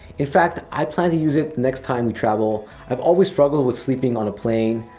in fact, i plan to use it the next time we travel. i've always struggled with sleeping on a plane,